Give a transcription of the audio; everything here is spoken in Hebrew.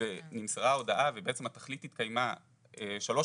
ונמסרה הודעה ובעצם התכלית התקיימה שלוש